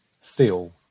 feel